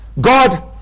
God